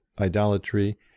IDOLATRY